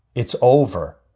it's over.